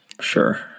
Sure